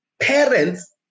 parents